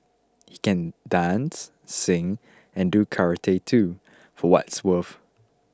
he can dance sing and do karate too for what's worth